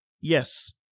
yes